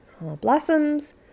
blossoms